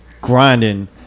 grinding